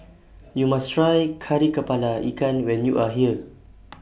YOU must Try Kari Kepala Ikan when YOU Are here